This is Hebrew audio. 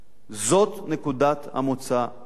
זאת נקודת המוצא הרעיונית.